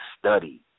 study